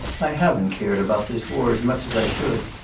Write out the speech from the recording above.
i haven't cared about this war as much as i should.